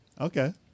Okay